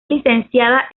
licenciada